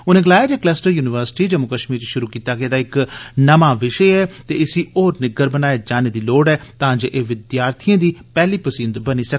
उनें गलाया जे कलस्टर युनिवर्सिटी जम्मू कष्मीर च षुरु कीता गेदा इक नमां विषे ऐ ते इसी होर निग्गर बनाए जाने दी लोड़ ऐ तांजे एह् विद्यार्थिएं दी पैह्ली पसंद बनी जा